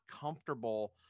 comfortable